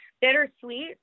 bittersweet